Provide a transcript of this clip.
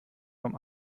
vom